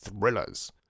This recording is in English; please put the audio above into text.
Thrillers